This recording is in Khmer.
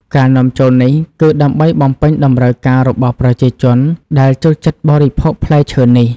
ការនាំចូលនេះគឺដើម្បីបំពេញតម្រូវការរបស់ប្រជាជនដែលចូលចិត្តបរិភោគផ្លែឈើនេះ។